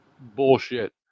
bullshit